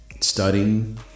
studying